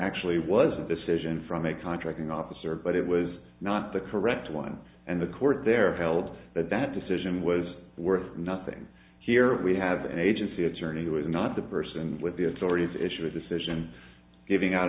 actually was a decision from a contracting officer but it was not the correct one and the court there held that that decision was worth nothing here we have an agency attorney who is not the person with the authorities issue a decision giving out